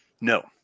No